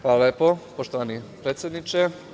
Hvala lepo, poštovani predsedniče.